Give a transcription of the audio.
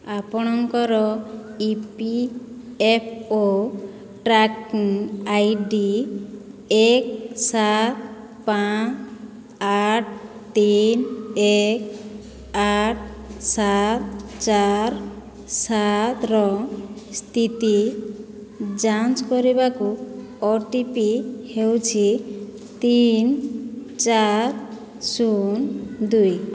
ଆପଣଙ୍କର E P F O tracking I D ଏକ ସାତ ପାଞ୍ଚ ଆଠ ତିନି ଏକ ଆଠ ସାତ ଚାରି ସାତର ସ୍ଥିତି ଯାଞ୍ଚ କରିବାକୁ ଓ ଟି ପି ହେଉଛି ତିନି ଚାରି ଶୂନ ଦୁଇ